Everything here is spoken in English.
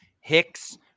Hicks